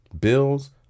Bills